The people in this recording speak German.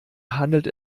handelt